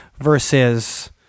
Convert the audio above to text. versus